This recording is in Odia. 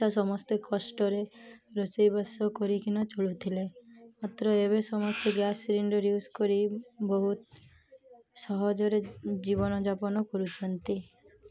ମିିଶା ସମସ୍ତେ କଷ୍ଟରେ ରୋଷେଇବାସ କରିକିନା ଚଳୁଥିଲେ ମାତ୍ର ଏବେ ସମସ୍ତେ ଗ୍ୟାସ୍ ସିଲିଣ୍ଡର୍ ୟୁଜ୍ କରି ବହୁତ ସହଜରେ ଜୀବନଯାପନ କରୁଛନ୍ତି